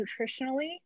nutritionally